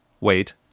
wait